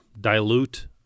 dilute